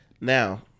now